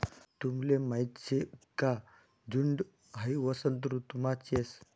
तुमले माहीत शे का झुंड हाई वसंत ऋतुमाच येस